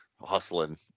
hustling